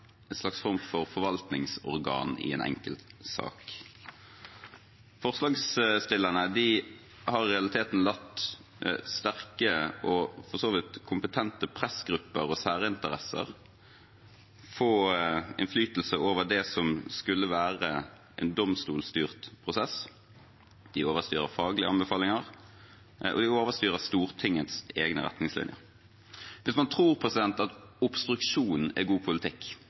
en slags form for forvaltningsorgan i en enkeltsak. Forslagsstillerne har i realiteten latt sterke og for så vidt kompetente pressgrupper og særinteresser få innflytelse over det som skulle være en domstolstyrt prosess. De overstyrer faglige anbefalinger, og de overstyrer Stortingets egne retningslinjer. Hvis man tror at obstruksjon er god politikk,